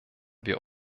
wir